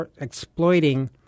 exploiting